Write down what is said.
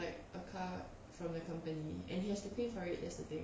like a car from the company and he has to pay for it that's the thing